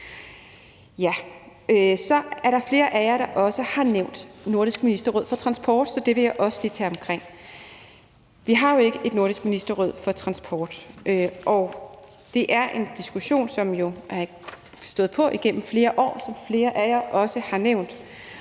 Så er der flere af jer, der også har nævnt nordisk ministerråd for transport, så det vil jeg også lige tage omkring. Vi har jo ikke et nordisk ministerråd for transport, og det er en diskussion, som har stået på igennem flere år, som flere af jer også har nævnt